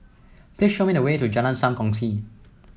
please show me the way to Jalan Sam Kongsi